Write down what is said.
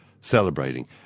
celebrating